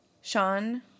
Sean